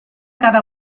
cada